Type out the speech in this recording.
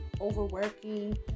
overworking